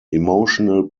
emotional